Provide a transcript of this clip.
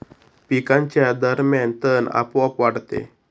पिकांच्या दरम्यान तण आपोआप वाढते